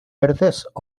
verdes